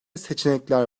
seçenekler